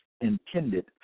intended